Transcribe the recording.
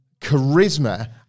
charisma